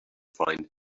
find